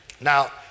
Now